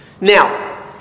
Now